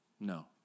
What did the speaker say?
No